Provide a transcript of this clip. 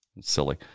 Silly